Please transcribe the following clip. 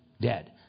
dead